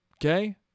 Okay